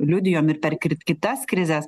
liudijom ir per kri kitas krizes